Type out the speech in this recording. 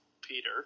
Peter